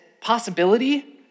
possibility